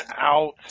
out